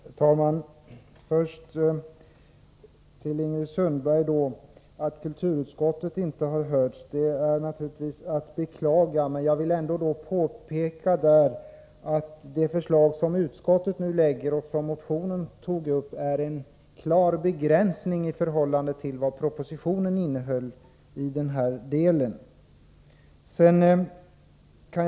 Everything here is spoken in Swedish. Herr talman! Först en kommentar till vad Ingrid Sundberg sagt. Det är naturligtvis beklagligt att kulturutskottet inte har hörts. Jag vill dock framhålla att det förslag som utskottet lägger fram och som även berörs i motionen i fråga innebär en klar begränsning i förhållande till vad propositionen innehåller i det här avseendet.